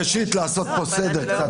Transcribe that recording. ראשית לעשות פה סדר.